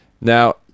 Now